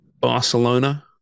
Barcelona